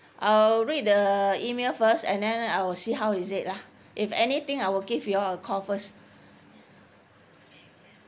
I'll read the email first and then I will see how is it lah if anything I will give you all a call first